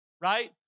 right